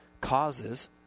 causes